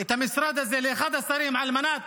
את המשרד הזה לאחד השרים על מנת